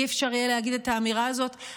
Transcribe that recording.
לא יהיה אפשר להגיד את האמירה הזאת,